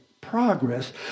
progress